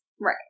Right